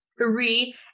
three